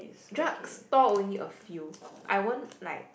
drug store only a few I won't like